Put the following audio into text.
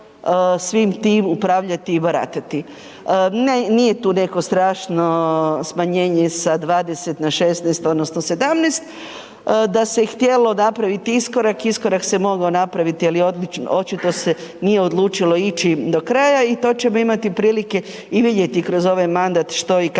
svim tim upravljati i baratati. Ne, nije tu neko strašno smanjenje sa 20 na 16 odnosno 17, da se je htjelo napraviti iskorak, iskorak se mogao napraviti ali očito se nije odlučilo ići do kraja i to ćemo imati prilike i vidjeti kroz ovaj mandat što i kako